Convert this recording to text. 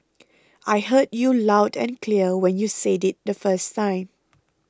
I heard you loud and clear when you said it the first time